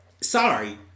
Sorry